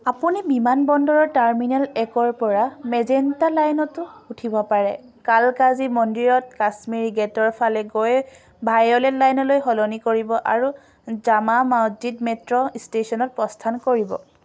আপুনি বিমানবন্দৰৰ টাৰ্মিনেল একৰ পৰা মেজেণ্টা লাইনতো উঠিব পাৰে কালকাজী মন্দিৰত কাশ্মীৰী গে'টৰ ফালে গৈ ভায়'লেট লাইনলৈ সলনি কৰিব আৰু জামা মছজিদ মেট্ৰ' ষ্টেচনত প্ৰস্থান কৰিব